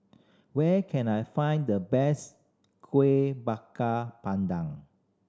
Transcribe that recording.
where can I find the best Kuih Bakar Pandan